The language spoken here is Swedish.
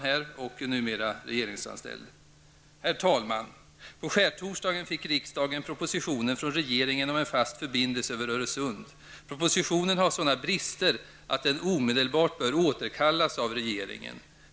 Herr talman! På skärtorsdagen fick riksdagen propositionen från regeringen om en fast förbindelse över Öresund. Propositionen har sådana brister att den omedelbart bör återkallas av regeringen.